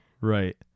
right